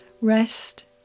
rest